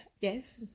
Yes